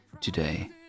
today